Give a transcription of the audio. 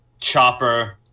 Chopper